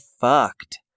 fucked